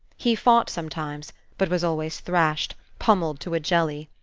he fought sometimes, but was always thrashed, pommelled to a jelly.